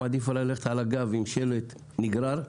מעדיפה ללכת עם שלט על הגב 'נגרר',